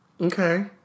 Okay